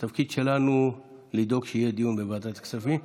התפקיד שלנו הוא לדאוג שיהיה דיון בוועדת הכספים.